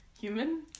human